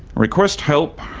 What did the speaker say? request help,